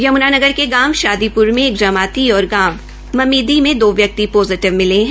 यमुनानगर के गांव शादीपुर में एक जमाती और गांव मसीदी मे दो व्यक्ति पोजिटिवमिले है